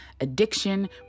addiction